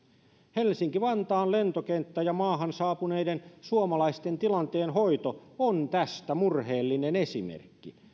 helsinki vantaan lentokenttä ja maahan saapuneiden suomalaisten tilanteen hoito on tästä murheellinen esimerkki